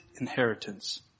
inheritance